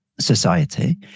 society